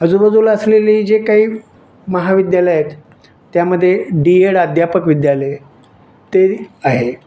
आजूबाजूला असलेली जी काही महाविद्यालयं आहेत त्यामध्ये डी एड अध्यापक विद्यालय आहे ते आहे